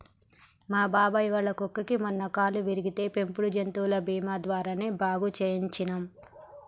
మా బాబాయ్ వాళ్ళ కుక్కకి మొన్న కాలు విరిగితే పెంపుడు జంతువుల బీమా ద్వారానే బాగు చేయించనం